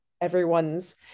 everyone's